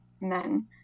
men